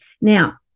now